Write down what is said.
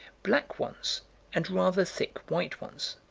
black ones and rather thick white ones.